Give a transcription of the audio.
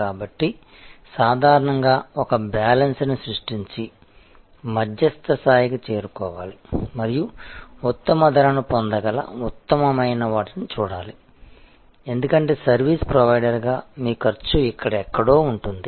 కాబట్టి సాధారణంగా ఒక బ్యాలెన్స్ని సృష్టించి మధ్యస్థ స్థాయికి చేరుకోవాలి మరియు ఉత్తమ ధరను పొందగల ఉత్తమమైన వాటిని చూడాలి ఎందుకంటే సర్వీస్ ప్రొవైడర్గా మీ ఖర్చు ఇక్కడ ఎక్కడో ఉంటుంది